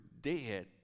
dead